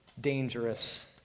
dangerous